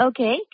Okay